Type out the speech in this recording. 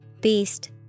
Beast